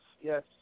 yes